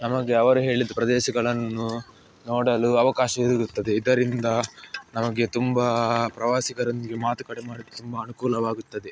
ನಮಗೆ ಅವರು ಹೇಳಿದ ಪ್ರದೇಶಗಳನ್ನು ನೋಡಲು ಅವಕಾಶ ಸಿಗುತ್ತದೆ ಇದರಿಂದ ನಮಗೆ ತುಂಬ ಪ್ರವಾಸಿಗರೊಂದಿಗೆ ಮಾತುಕತೆ ಮಾಡಿಸಿ ಮಾಡಿಕೊಳ್ಳಲಾಗುತ್ತದೆ